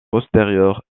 postérieure